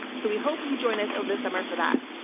so we hope you join us over the summer for that.